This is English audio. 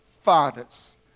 fathers